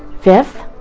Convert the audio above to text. fifth,